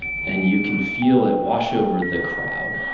and you can feel it wash over the crowd